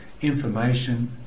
information